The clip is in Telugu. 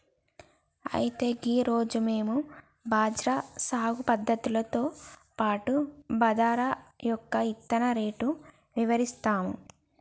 అయితే గీ రోజు మేము బజ్రా సాగు పద్ధతులతో పాటు బాదరా యొక్క ఇత్తన రేటు ఇవరిస్తాము